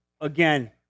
again